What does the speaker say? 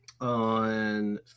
on